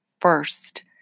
first